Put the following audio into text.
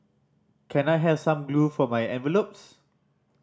can I have some glue for my envelopes